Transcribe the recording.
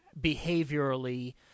behaviorally